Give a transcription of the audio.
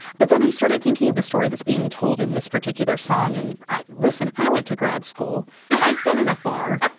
but then i started thinking of the story that's being told in this particular song. and i listen. i went to grad school i've been in a bar.